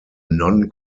non